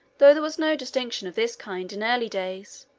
though there was no distinction of this kind in early days.